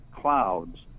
clouds